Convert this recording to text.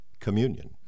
communion